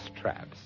traps